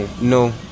No